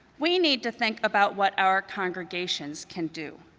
we need to think about what our congregations can do.